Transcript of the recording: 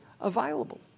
available